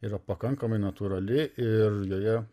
yra pakankamai natūrali ir joje